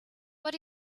what